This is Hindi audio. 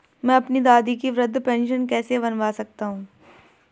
मैं अपनी दादी की वृद्ध पेंशन कैसे बनवा सकता हूँ?